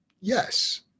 Yes